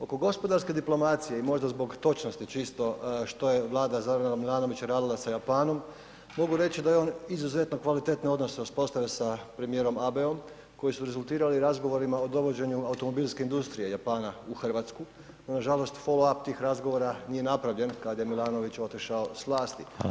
Oko gospodarske diplomacije i možda zbog točnosti čisto što j Vlada Z. Milanovića radila sa Japanom, mogu reći da je on izuzetno kvalitetne odnose uspostavio sa premijerom Abeom koji su rezultirali razgovorima o dovođenju automobilske industrije Japana u Hrvatsku no nažalost ... tih razgovora nije napravljen kad je Milanović otišao s vlasti.